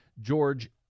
George